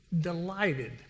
delighted